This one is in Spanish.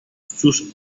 sus